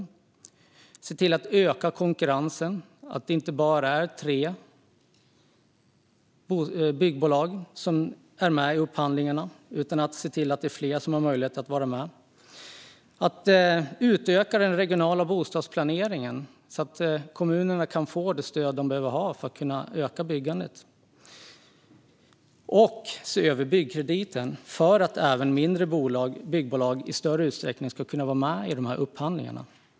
Vi måste se till att öka konkurrensen så att det inte bara är tre byggbolag som är med i upphandlingarna. Fler ska ha möjlighet att vara med. Den regionala bostadsplaneringen ska utökas så att kommunerna kan få det stöd som de behöver för att öka byggandet. Byggkrediten behöver ses över för att även mindre byggbolag i större utsträckning ska kunna vara med i de här upphandlingarna.